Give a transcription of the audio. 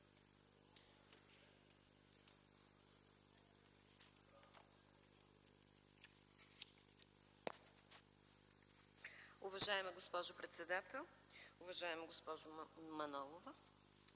Уважаема госпожо председател! Уважаема госпожо Манолова,